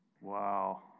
Wow